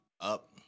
up